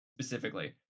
specifically